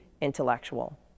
intellectual